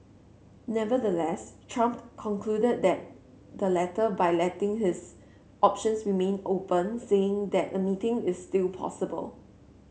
nevertheless Trump concluded that the letter by letting his options remain open saying that a meeting is still possible